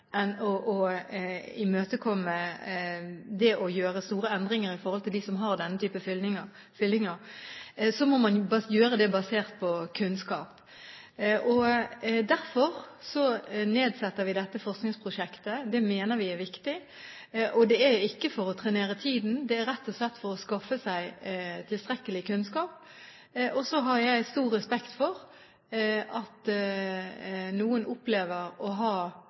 imøtekomme det å gjøre store endringer når det gjelder dem som har denne type fyllinger, så må man gjøre det basert på kunnskap. Derfor nedsetter vi dette forskningsprosjektet, og det mener vi er viktig. Det er ikke for å trenere tiden, det er rett og slett for å skaffe seg tilstrekkelig kunnskap. Jeg har stor respekt for at noen opplever å ha